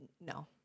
No